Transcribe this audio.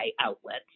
outlets